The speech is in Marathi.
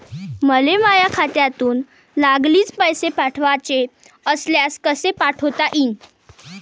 मले माह्या खात्यातून लागलीच पैसे पाठवाचे असल्यास कसे पाठोता यीन?